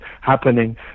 happening